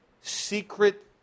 secret